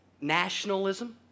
nationalism